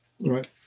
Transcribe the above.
right